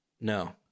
No